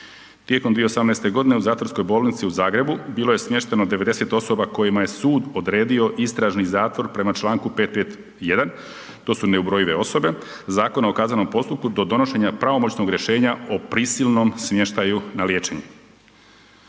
Tijekom 2018. godine u zatvorskoj bolnici u Zagrebu bilo je smješteno 90 osoba kojima je sud odredio istražni zatvor prema članku 551. to su neubrojive osobe, Zakona o kaznenom postupku do donošenja pravomoćnog rješenja o prisilnom smještaju na liječenju.